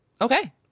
Okay